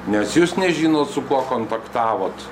nes jūs nežinot su kuo kontaktavot